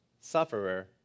sufferer